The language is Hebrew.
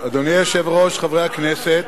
אדוני היושב-ראש, חברי הכנסת,